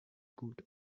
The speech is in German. gut